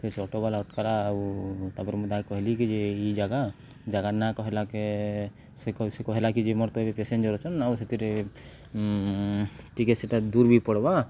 ସେ ସେ ଅଟୋବାଲା ଅଟକା ଆଉ ତାପରେ ମୁଁ ତାକୁ କହିଲି କି ଯେ ଇ ଜାଗା ଜାଗା ନାଁ କହିଲାକେ ସେ ସେ କହିଲା କିି ଯେ ମୋର୍ ତ ଏବେ ପେସେଞ୍ଜର ଅଛନ୍ ଆଉ ସେଥିରେ ଟିକେ ସେଟା ଦୂର ବି ପଡ଼୍ବା